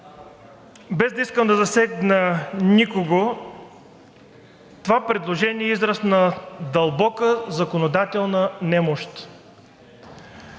без да искам да засегна никого, това предложение е израз на дълбока законодателна немощ.